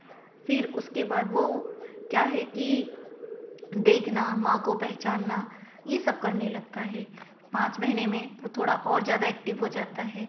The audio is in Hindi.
फिर उसके बाद वह क्या है कि देखना माँ को पहचानना यह सब करने लगता है पाँच महीने में वह थोड़ा और ज़्यादा एक्टिव हो जाता है